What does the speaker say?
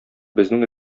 безнең